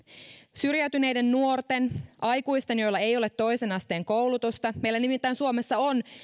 syrjäytyneiden nuorten aikuisten joilla ei ole toisen asteen koulutusta nimittäin meillä suomessa on